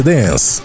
Dance